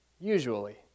usually